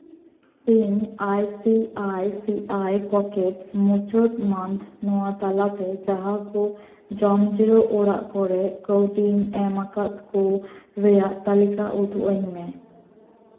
ᱤᱧ I C I C I pockets ᱢᱩᱪᱟᱹᱫ ᱢᱟᱱᱛᱷ ᱱᱚᱣᱟ ᱛᱟᱞᱟᱛᱮ ᱡᱟᱦᱟᱸ ᱠᱚ ᱡᱚᱢ ᱡᱤᱨᱟᱹᱣ ᱚᱲᱟᱜ ᱠᱚᱨᱮ ᱠᱟᱹᱣᱰᱤᱧ ᱮᱢ ᱟᱠᱟᱫ ᱠᱚ ᱨᱮᱭᱟᱜ ᱛᱟᱹᱞᱤᱠᱟ ᱩᱫᱩᱜ ᱟᱹᱧ ᱢᱮ